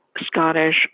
Scottish